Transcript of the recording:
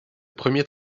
premiers